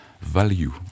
value